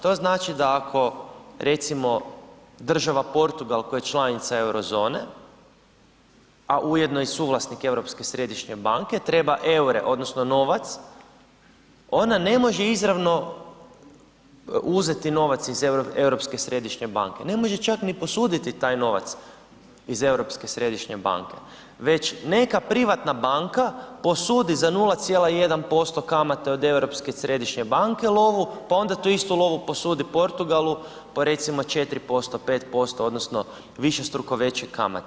To znači da ako recimo država Portugal koja je članica Euro zone a ujedno i suvlasnik Europske središnje banke, treba eure odnosno novac, ona ne može izravno uzeti iz Europske središnje banke, ne može čak ni posuditi taj novac iz Europske središnje banke već neka privatna banka posudi za 0,1% kamate od Europske središnje banke lovu pa onda tu istu lovu posudi Portugalu po recimo 4%, 5% odnosno višestruko veće kamate.